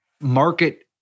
market